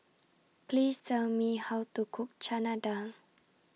Please Tell Me How to Cook Chana Dal